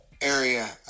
area